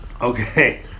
Okay